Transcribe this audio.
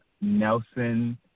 Nelson